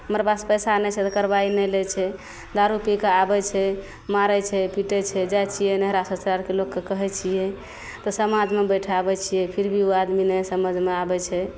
हमरपास पइसा नहि छै तऽ कार्रवाइ नहि लै छै दारू पीके आबै छै मारै छै पिटै छै जाइ छिए नहिरा ससुरारिके लोकके कहै छिए तऽ समाजमे बैठाबै छिए फिर भी ओ आदमी नहि समझमे आबै छै